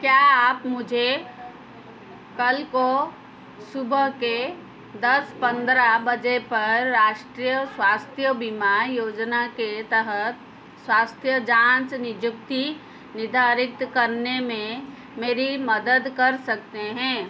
क्या आप मुझे कल को सुबह के दस पन्द्रह बजे पर राष्ट्रीय स्वास्थ्य बीमा योजना के तहत स्वास्थ्य जाँच नियुक्ति निर्धारित करने में मेरी मदद कर सकते हैं